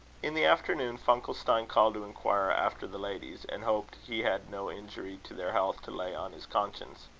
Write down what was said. in the afternoon, funkelstein called to inquire after the ladies and hoped he had no injury to their health to lay on his conscience.